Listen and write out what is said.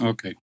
Okay